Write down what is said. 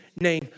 name